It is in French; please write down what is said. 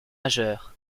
majeurs